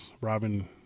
robin